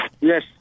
Yes